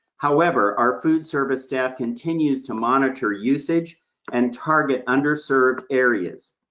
however, our food service staff continues to monitor usage and target underserved areas.